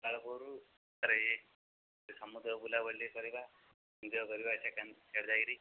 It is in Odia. ସକାଳ ପହରରୁ ଆରେ ଇଏ ସମୁଦ୍ର ବୁଲାବୁଲି କରିବା ଭିଡ଼ିଓ କରିବା ସେକେଣ୍ଡ୍ ସିଆଡ଼େ ଯାଇକରି